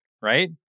right